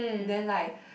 then like